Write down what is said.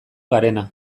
garena